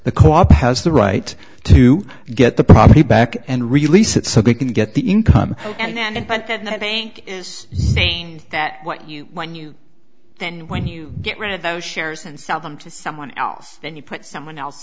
the co op has the right to get the property back and release it so they can get the income and then i think that what you when you then when you get rid of those shares and sell them to someone else then you put someone else